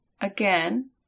Again